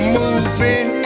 moving